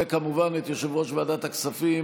וכמובן את יושב-ראש ועדת הכספים